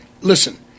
listen